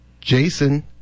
Jason